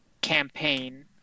campaign